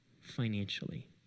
financially